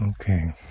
Okay